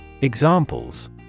Examples